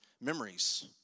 memories